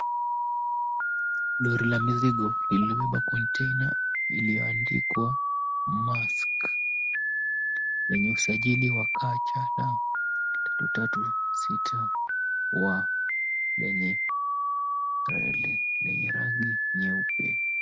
Lori la mizigo lililobeba container ilioandikwa MAERSK lenye usajili wa KCL 336W lenye rangi nyeupe.